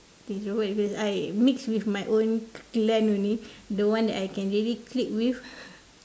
introvert because I mix with my own clan only the one that I can really click with